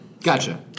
Gotcha